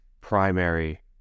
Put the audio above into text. primary